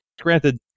Granted